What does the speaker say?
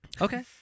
Okay